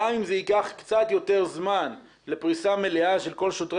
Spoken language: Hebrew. גם אם זה ייקח קצת יותר זמן לפריסה מלאה של כל שוטרי